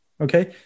Okay